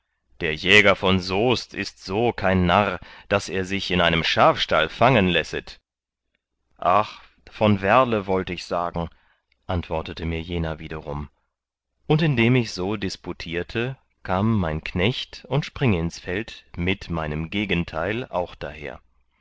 der jäger von soest ist so kein narr daß er sich in einem schafstall fangen lässet ach von werle wollt ich sagen antwortete mir jener wiederum und indem ich so disputierte kam mein knecht und springinsfeld mit meinem gegenteil auch daher